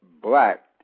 Black